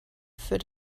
für